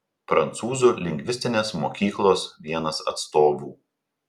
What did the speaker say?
prancūzų lingvistinės mokyklos vienas atstovų